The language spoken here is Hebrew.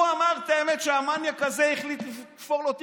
הוא אמר את האמת: שהמניאק הזה החליט לתפור לו תיק,